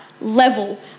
level